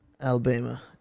Alabama